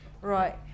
Right